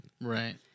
right